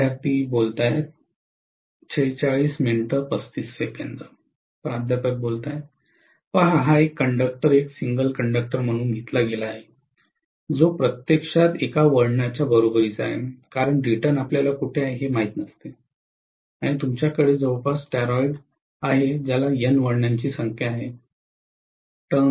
professor पहा हा conductor एक सिंगल कंडक्टर म्हणून घेतला गेला आहे जो प्रत्यक्षात एका वळणच्या बरोबरीचा आहे कारण रिटर्न आपल्याला कोठे आहे हे माहित नसते आणि तुमच्या कडे जवळपास टॉरॉइड आहे ज्याला N वळणांची संख्या आहे